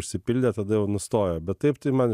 užsipildė tada jau nustojo bet taip tai man